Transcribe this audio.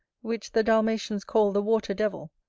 which the dalmatians call the water-devil,